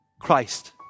christ